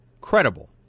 credible